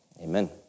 amen